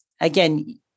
again